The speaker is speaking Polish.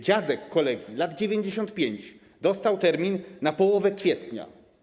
Dziadek kolegi, lat 95, dostał termin na połowę kwietnia.